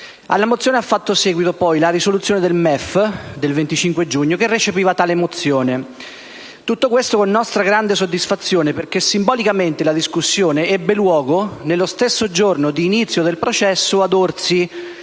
Alla mozione ha fatto poi seguito la risoluzione del MEF del 25 giugno, che recepiva tale mozione. Tutto questo con nostra grande soddisfazione perché, simbolicamente, la discussione ebbe luogo lo stesso giorno d'inizio del processo ad Orsi,